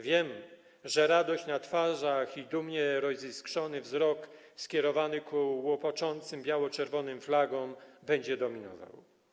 Wiem, że radość na twarzach i dumnie roziskrzony wzrok skierowany ku łopoczącym biało-czerwonym flagom będzie dominował.